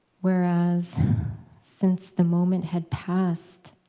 whereas since the moment had passed,